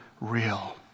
real